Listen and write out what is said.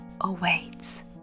awaits